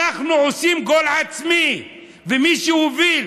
אנחנו עושים גול עצמי, ומי שהוביל